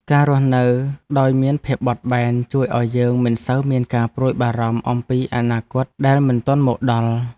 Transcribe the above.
ការរស់នៅដោយមានភាពបត់បែន ជួយឱ្យយើងមិនសូវមានការព្រួយបារម្ភអំពីអនាគតដែលមិនទាន់មកដល់។